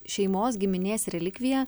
šeimos giminės relikvija